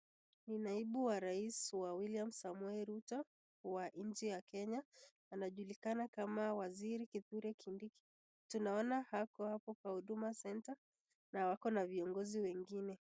Ni naibu wa rais wa William Samoei Ruto, wa nchi ya Kenya, anajulikana kama waziri Kithure Kindiki. Tunaona ako hapo kwa huduma centre na ako na viongozi wengine.